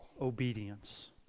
obedience